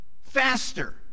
faster